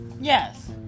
Yes